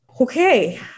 okay